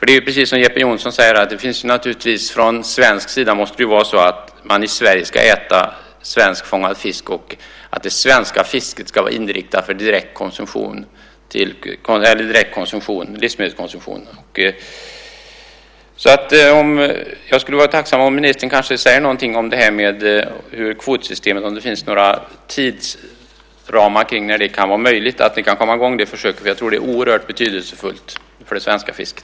Det är precis som Jeppe Johnsson säger här, att det måste vara så att man i Sverige ska äta svenskfångad fisk och att det svenska fisket ska vara inriktat för direkt livsmedelskonsumtion. Jag skulle vara tacksam om ministern säger någonting om kvotsystemet och om när det kan komma i gång. Jag tror att det är oerhört betydelsefullt för det svenska fisket.